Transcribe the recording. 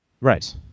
Right